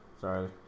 Sorry